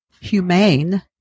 humane